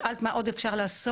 אם את שאלת מה עוד אפשר לעשות,